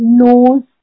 nose